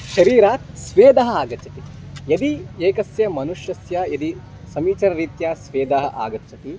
शरीरात् स्वेदः आगच्छति यदि एकस्य मनुष्यस्य यदि समीचीनरीत्या स्वेदः आगच्छति